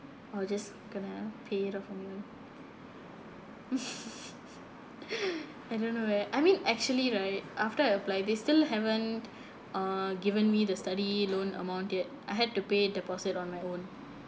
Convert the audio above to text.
or just going to pay it off on your own I don't know where I mean actually right after I apply they still haven't uh given me the study loan amount that I had to pay deposit on my own